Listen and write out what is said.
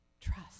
trust